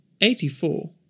Eighty-four